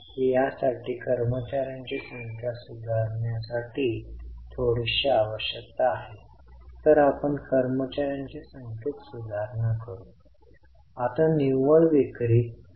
सीएलसाठी हे सोपे आहे सध्याची देयता असलेल्या सीएल व्यतिरिक्त सीएलची रोख कपात करणे ही रोख कपात आहे हे मला वाटते की आपण ते ठीक ठेवता